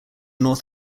north